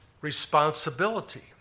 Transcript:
responsibility